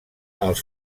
els